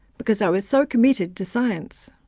because i was so committed to science.